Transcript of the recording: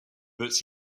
but